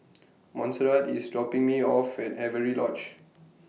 Montserrat IS dropping Me off At Avery Lodge